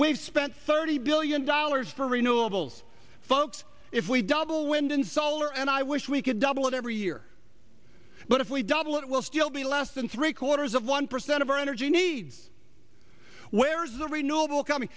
we've spent thirty billion dollars for renewables folks if we double wind and solar and i wish we could double it every year but if we double it will still be less than three quarters of one percent of our energy needs where is the renewable com